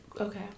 Okay